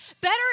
Better